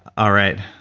alright,